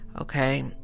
okay